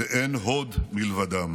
ואין הוד מלבדם"